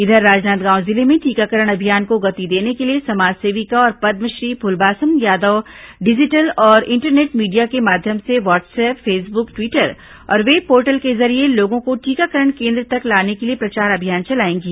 इधर राजनांदगांव जिले में टीकाकरण अभियान को गति देने के लिए समाज सेविका और पद्मश्री फूलबासन यादव डिजिटल और इंटरनेट मीडिया के माध्यम से व्हाट्सअप फेसबुक ट्वीटर और वेब पोर्टल के जरिये लोगों को टीकाकरण केन्द्र तक लाने के लिए प्रचार अभियान चलाएंगी